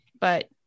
but-